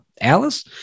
Alice